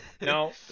No